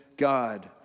God